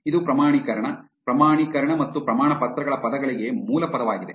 ಇದು ಪ್ರಮಾಣೀಕರಣ ಪ್ರಮಾಣೀಕರಣ ಮತ್ತು ಪ್ರಮಾಣಪತ್ರಗಳ ಪದಗಳಿಗೆ ಮೂಲ ಪದವಾಗಿದೆ